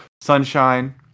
Sunshine